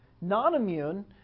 Non-immune